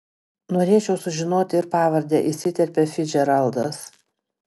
norėčiau sužinoti ir pavardę įsiterpia ficdžeraldas